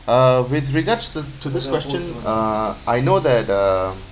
uh with regards to to this question uh I know that uh